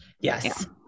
Yes